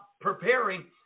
preparing